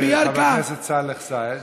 חבר הכנסת סאלח סעד,